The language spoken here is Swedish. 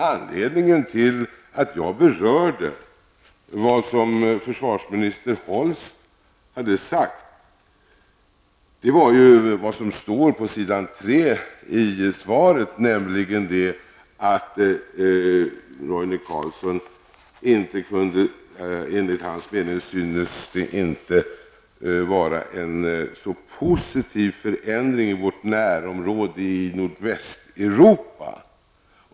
Anledningen till att jag berörde vad försvarsminister Holst hade sagt var det som Roine Carlsson framhåller i sitt svar, nämligen att det enligt hans mening inte synes vara en så positiv förändring i vårt närområde i Nordvästeuropa.